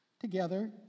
together